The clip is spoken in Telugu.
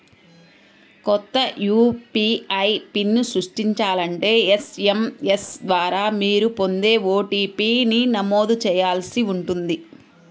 కొత్త యూ.పీ.ఐ పిన్ని సృష్టించాలంటే ఎస్.ఎం.ఎస్ ద్వారా మీరు పొందే ఓ.టీ.పీ ని నమోదు చేయాల్సి ఉంటుంది